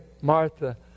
Martha